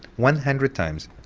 one hundred times.